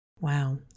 Wow